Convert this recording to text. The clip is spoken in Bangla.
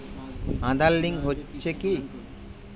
আঁধার লিঙ্ক হচ্ছে কি?